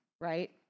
right